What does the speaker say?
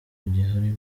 gihari